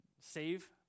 save